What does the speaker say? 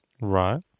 Right